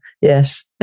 Yes